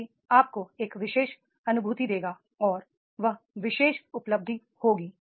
वह भी आपको एक विशेष अनुभूति देगा और वह विशेष उपलब्धि होगी